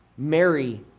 Mary